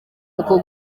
uko